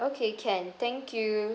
okay can thank you